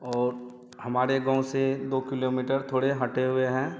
और हमारे गाँव से दो किलोमीटर थोड़े हटे हुए हैं